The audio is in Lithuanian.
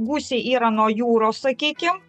gūsiai yra nuo jūros sakykim